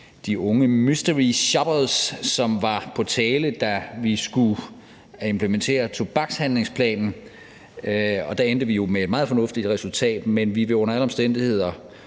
de unge mystery shoppers, som var på tale, da vi skulle implementere tobakshandlingsplanen. Der endte vi jo med et meget fornuftigt resultat, men vi vil under alle omstændigheder